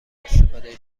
استفاده